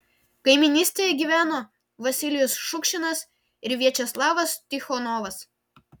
kaimynystėje gyveno vasilijus šukšinas ir viačeslavas tichonovas